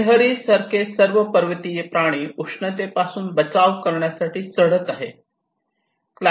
गिलहरी सारखे सर्व पर्वतीय प्राणी उष्णतेपासून बचाव करण्यासाठी चढत आहेत